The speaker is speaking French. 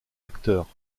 acteurs